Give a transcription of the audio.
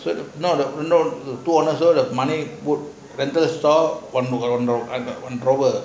not two hundred of money rental stall